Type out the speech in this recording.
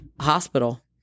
hospital